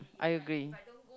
I agree